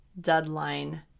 deadline